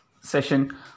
session